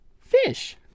fish